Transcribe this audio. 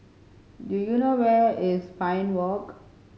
do you know where is Pine Walk